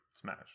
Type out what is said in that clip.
Smash